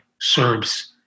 Serbs